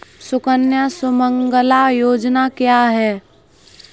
सुकन्या सुमंगला योजना क्या है?